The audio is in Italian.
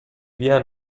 via